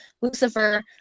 Lucifer